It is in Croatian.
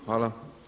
Hvala.